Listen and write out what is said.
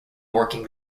working